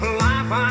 life